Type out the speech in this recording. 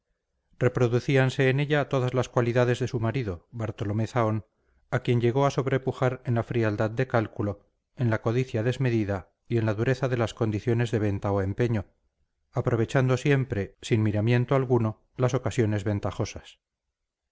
caridad reproducíanse en ella todas las cualidades de su marido bartolomé zahón a quien llegó a sobrepujar en la frialdad de cálculo en la codicia desmedida y en la dureza de las condiciones de venta o empeño aprovechando siempre sin miramiento alguno las ocasiones ventajosas